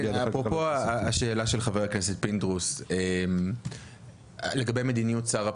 אפרופו השאלה של חבר הכנסת פינדרוס לגבי מדיניות שר הפנים,